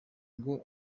ngo